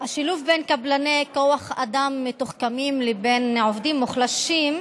השילוב בין קבלני כוח אדם מתוחכמים לבין עובדים מוחלשים,